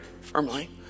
firmly